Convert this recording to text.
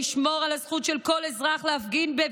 אני קוראת לעשות תיקון עוול ולסגור את כל התיקים שנפתחו כנגד מפגינים,